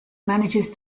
manages